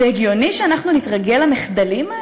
זה הגיוני שאנחנו נתרגל למחדלים האלה?